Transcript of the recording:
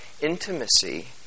intimacy